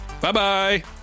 Bye-bye